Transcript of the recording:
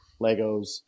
Legos